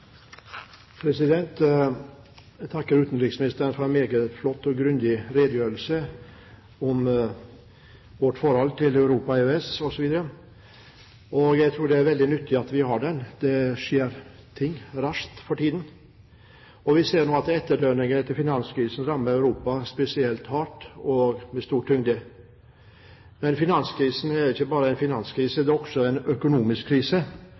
Jeg takker utenriksministeren for en meget flott og grundig redegjørelse om vårt forhold til Europa og EØS. Jeg tror det er veldig nyttig at vi har den. Ting skjer raskt for tiden. Vi ser nå at etterdønningene etter finanskrisen rammer Europa spesielt hardt og med stor tyngde. Finanskrisen er ikke bare en finanskrise, det er også en økonomisk krise.